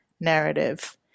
narrative